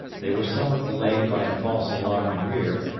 they were somewhat delayed by a false alarm in rear,